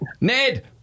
Ned